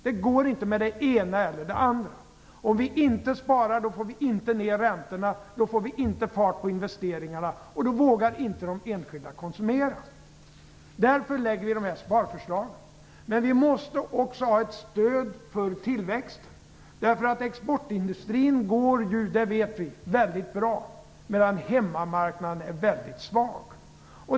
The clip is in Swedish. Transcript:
Det går inte med det ena eller det andra. Om vi inte sparar får vi inte ner räntorna och inte fart på investeringarna, och då vågar inte de enskilda konsumera. Därför lägger vi fram de här sparförslagen. Men vi måste också ha ett stöd för tillväxten. Exportindustrin går ju väldigt bra, medan hemmamarknaden är väldigt svag.